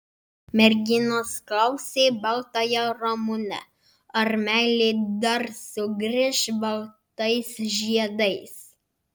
merginos klausė baltąją ramunę ar meilė dar sugrįš baltais žiedais